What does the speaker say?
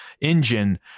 engine